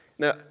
Now